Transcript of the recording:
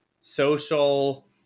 social